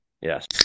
Yes